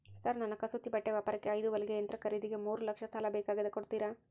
Sir ನನ್ನ ಕಸೂತಿ ಬಟ್ಟೆ ವ್ಯಾಪಾರಕ್ಕೆ ಐದು ಹೊಲಿಗೆ ಯಂತ್ರ ಖರೇದಿಗೆ ಮೂರು ಲಕ್ಷ ಸಾಲ ಬೇಕಾಗ್ಯದ ಕೊಡುತ್ತೇರಾ?